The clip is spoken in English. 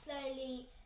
slowly